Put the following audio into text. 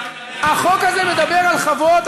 החוק הזה מדבר על חוות,